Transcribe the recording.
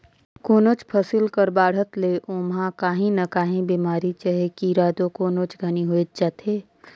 कोनोच फसिल कर बाढ़त ले ओमहा काही न काही बेमारी चहे कीरा दो कोनोच घनी होइच जाथे